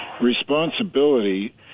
Responsibility